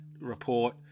report